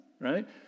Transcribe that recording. right